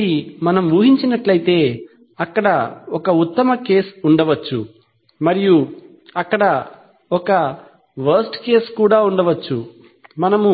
కాబట్టి మనం ఊహించినట్లైతే అక్కడ ఒక ఉత్తమ కేస్ ఉండవచ్చు మరియు అక్కడ ఒక వరస్ట్ కేస్ కూడా ఉండవచ్చు మనము